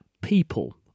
people